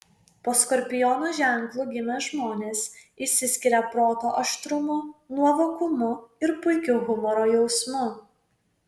po skorpiono ženklu gimę žmonės išsiskiria proto aštrumu nuovokumu ir puikiu humoro jausmu